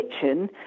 kitchen